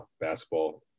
basketball